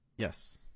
Yes